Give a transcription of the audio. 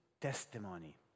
testimony